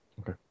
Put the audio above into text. Okay